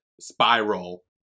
spiral